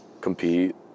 Compete